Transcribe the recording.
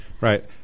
Right